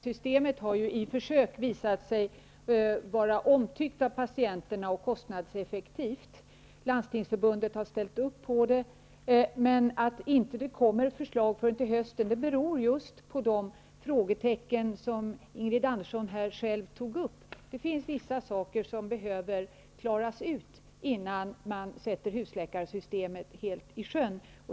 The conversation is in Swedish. Herr talman! Husläkarsystemet har i försök visat sig vara omtyckt av patienterna och kostnadseffektivt. Landstingsförbundet har ställt upp på det. Att det inte kommer förslag förrän till hösten beror just på de frågetecken som Ingrid Andersson här själv tog upp. Det finns vissa saker som behöver klaras ut innan man sätter husläkarsystemet i sjön.